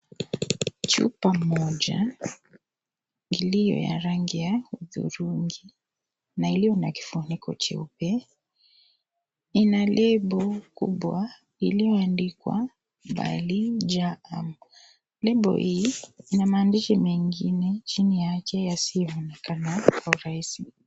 Chupa moja iliyo ya rangi ya hudhurungi na iliyobna kifuniko jeupe ina lebo kubwa iliyoandikwa Bali jam . Lebo hii ina maandishi mengine chini yake yasiyoonekana Kwa urahisi.